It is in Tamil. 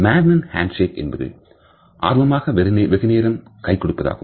Mormon handshake என்பது ஆர்வமாக வெகுநேரம் கை கொடுப்பதாகும்